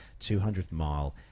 200-mile